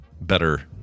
better